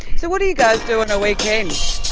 so what do you guys do on a weekend?